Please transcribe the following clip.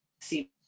see